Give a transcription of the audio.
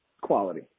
quality